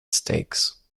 stakes